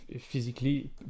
physically